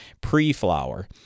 pre-flower